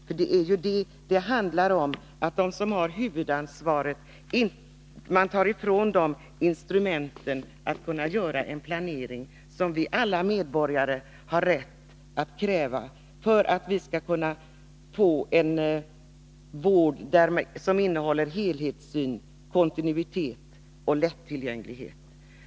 Vad det handlar om är ju att man tar ifrån dem som har huvudansvaret de instrument som behövs för att man skall kunna genomföra den planering som vi alla medborgare har rätt att kräva för att vi skall kunna få en vård där helhetssyn, kontinuitet och lättillgänglighet inryms.